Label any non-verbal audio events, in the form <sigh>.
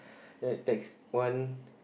<breath> that taxi one